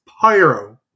pyro